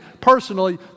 personally